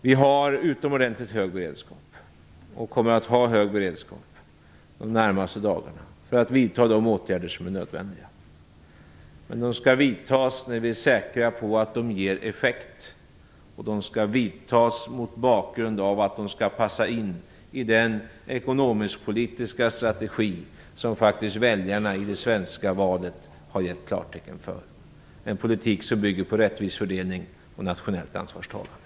Vi har utomordentligt hög beredskap, och kommer att ha hög beredskap de närmaste dagarna för att vidta de åtgärder som är nödvändiga. Men de skall vidtas när vi är säkra på att de ger effekt, och de skall vidtas mot bakgrund av att de skall passa in i den ekonomisk-politiska strategi som väljarna i det svenska valet har gett klartecken för. Det är en politik som bygger på rättvis fördelning och nationellt ansvarstagande.